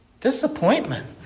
Disappointment